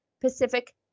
Pacific